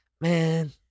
man